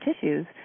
tissues